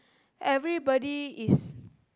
everybody is